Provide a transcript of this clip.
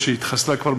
או שהתחסלה כבר,